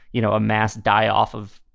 you know, a mass die off of,